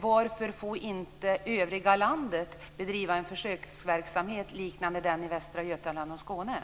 Varför får inte övriga landet bedriva en försöksverksamhet liknande den i Västra Götaland och Skåne?